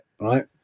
right